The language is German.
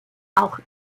auch